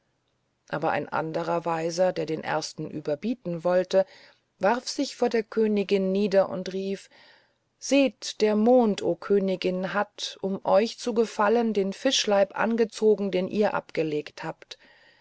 aber ein anderer weiser der den ersten überbieten wollte warf sich vor der königin nieder und rief seht der mond o königin hat um euch zu gefallen den fischleib angezogen den ihr abgelegt habt